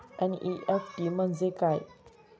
NEFT म्हणजे काय?